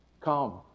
come